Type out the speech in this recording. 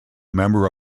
member